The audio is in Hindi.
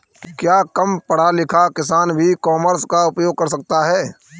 क्या कम पढ़ा लिखा किसान भी ई कॉमर्स का उपयोग कर सकता है?